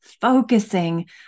focusing